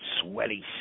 sweaty